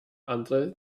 andere